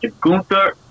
Gunther